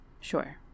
Sure